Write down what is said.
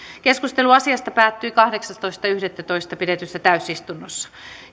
keskustelu asiasta päättyi kahdeksastoista yhdettätoista kaksituhattaviisitoista pidetyssä täysistunnossa